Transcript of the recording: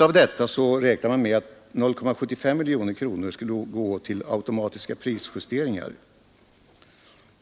Av detta belopp räknar man med att 0,75 miljoner kronor skulle gå till automatiska prisjusteringar